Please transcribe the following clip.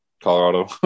Colorado